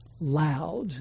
loud